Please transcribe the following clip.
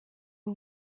uri